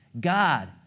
God